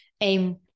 aim